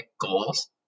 goals